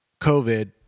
COVID